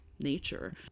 Nature